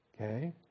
Okay